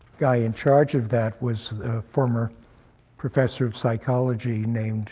guy in charge of that was a former professor of psychology, named